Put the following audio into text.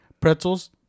pretzels